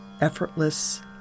Effortless